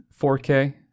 4K